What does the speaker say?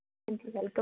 ਹਾਂਜੀ ਵੈਲਕਮ